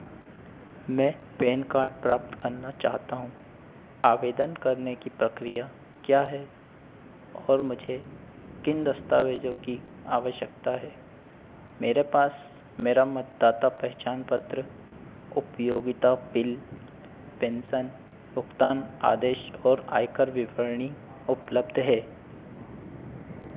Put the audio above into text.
मैं PAN card प्राप्त करना चाहता हूँ आवेदन करने की प्रक्रिया क्या हैं और मुझे किन दस्तावेज़ों की आवश्यकता है मेरे पास मेरा मतदाता पहचान पत्र उपभोक्ता बिल पेंसन भुगतान आदेश और आयकर विवरणी उपलब्ध है